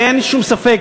אין שום ספק,